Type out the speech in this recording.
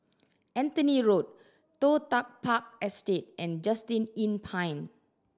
Anthony Road Toh Tuck Park Estate and Just Inn Pine